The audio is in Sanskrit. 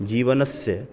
जीवनस्य